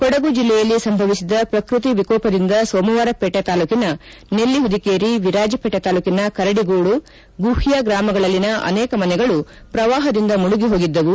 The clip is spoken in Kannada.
ಕೊಡಗು ಜಿಲ್ಲೆಯಲ್ಲಿ ಸಂಭವಿಸಿದ ಪ್ರಕೃತಿ ವಿಕೋಪದಿಂದ ಸೋಮವಾರಪೇಟೆ ತಾಲ್ಡೂಕಿನ ನೆಲ್ಲಿಹುದಿಕೇರಿ ವಿರಾಜಪೇಟೆ ತಾಲ್ಲೂಕಿನ ಕರಡಿಗೋಡುಗುಷ್ಕ ಗ್ರಾಮಗಳಲ್ಲಿನ ಅನೇಕ ಮನೆಗಳು ಪ್ರವಾಹದಿಂದ ಮುಳುಗಿ ಹೋಗಿದ್ದವು